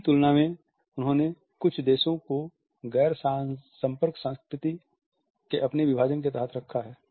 इसकी की तुलना में उन्होंने कुछ देशों को गैर संपर्क संस्कृति के अपने विभाजन के तहत रखा है